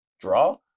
draw